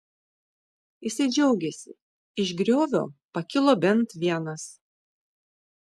jisai džiaugėsi iš griovio pakilo bent vienas